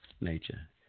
nature